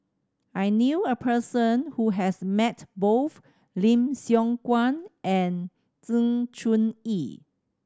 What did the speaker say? I knew a person who has met both Lim Siong Guan and Sng Choon Yee